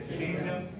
kingdom